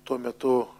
tuo metu